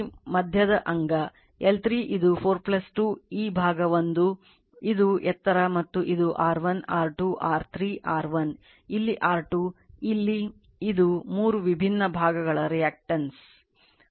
ಈಗ L3 ಮಧ್ಯದ ಅಂಗ L3 ಇದು 4 2 ಈ ಭಾಗ 1 ಇದು ಎತ್ತರ ಮತ್ತು ಇದು R1 R2 R3 R1 ಇಲ್ಲಿ R2 ಇಲ್ಲಿ ಇದು ಮೂರು ವಿಭಿನ್ನ ಭಾಗಗಳ reluctance